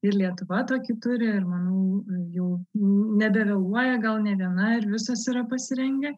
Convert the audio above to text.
ir lietuva tokį turi ir manau jų nedeleguoja gal ne viena ir visos yra pasirengę